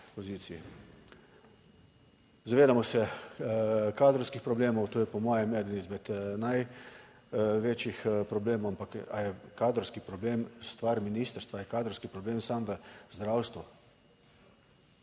poziciji zavedamo se kadrovskih problemov. To je po mojem eden izmed največjih problemov, ampak, ali je kadrovski problem stvar ministrstva? Je kadrovski problem samo v zdravstvu?